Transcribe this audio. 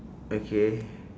okay